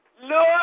Lord